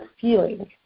feeling